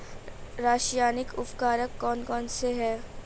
रासायनिक उर्वरक कौन कौनसे हैं?